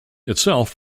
itself